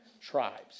tribes